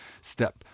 step